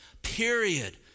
Period